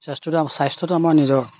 স্বাস্থ্যটো স্বাস্থ্যটো আমাৰ নিজৰ